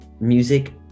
music